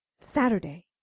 Saturday